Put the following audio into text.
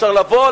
אפשר לבוא,